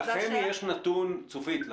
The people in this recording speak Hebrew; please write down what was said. צופית,